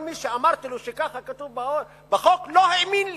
כל מי שאני אמרתי לו שככה כתוב בחוק לא האמין לי,